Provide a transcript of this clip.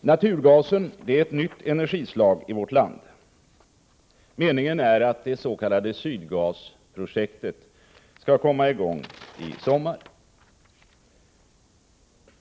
Naturgas är ett nytt energislag i vårt land. Meningen är att det s.k. Sydgasprojektet skall komma i gång i sommar.